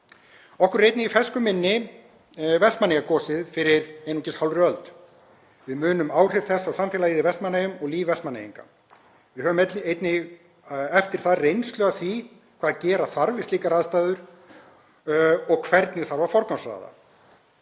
Okkur er einnig í fersku minni Vestmannaeyjagosið fyrir einungis hálfri öld. Við munum áhrif þess á samfélagið í Vestmannaeyjum og líf Vestmannaeyinga. Við höfum einnig eftir það reynslu af því hvað gera þarf við slíkar aðstæður og hvernig þarf að forgangsraða.